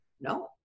No